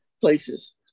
places